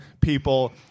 people